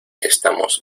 estamos